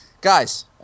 Guys